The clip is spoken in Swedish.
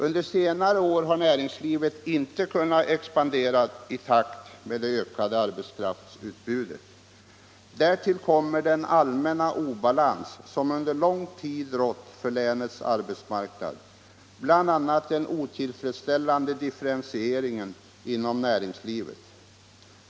Under senare år har näringslivet inte kunnat expandera i takt med det ökade arbetskraftsutbudet. Därtill har kommit den allmänna obalans som under lång tid rått på länets arbetsmarknad, bl.a. den otillfredsställande differentieringen inom näringslivet.